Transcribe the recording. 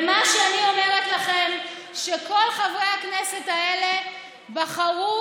ומה שאני אומרת לכם, שכל חברי הכנסת האלה בחרו,